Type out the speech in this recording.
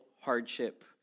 hardship